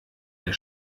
der